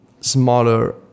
smaller